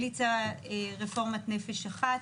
המליצה רפורמת "נפש אחת"?